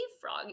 frog